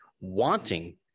wanting